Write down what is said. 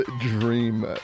dream